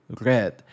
red